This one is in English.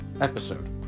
episode